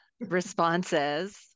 responses